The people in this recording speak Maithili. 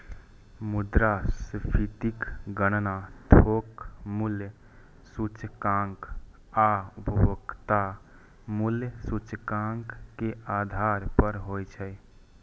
मुद्रास्फीतिक गणना थोक मूल्य सूचकांक आ उपभोक्ता मूल्य सूचकांक के आधार पर होइ छै